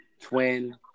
Twin